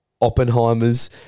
Oppenheimer's